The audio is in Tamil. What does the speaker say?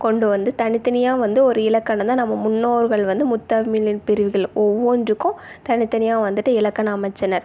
கொண்டு வந்து தனித்தனியாக வந்து ஒரு இலக்கணம்தான் நம்ம முன்னோர்கள் வந்து முத்தமிழின் பிரிவுகள் ஒவ்வொன்றுக்கும் தனித்தனியாக வந்துட்டு இலக்கணம் அமைத்தனர்